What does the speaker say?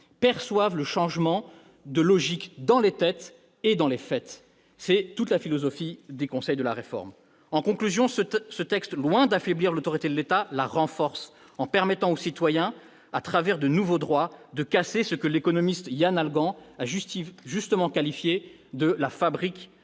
perçoivent le changement de logique dans les têtes et dans les faits- c'est toute la philosophie du conseil de la réforme. Je conclus en indiquant que ce texte, loin d'affaiblir l'autorité de l'État, renforce celle-ci, en permettant aux citoyens, au travers de nouveaux droits, de casser ce que l'économiste Yann Algan a justement appelé la « fabrique